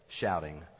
shouting